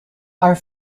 are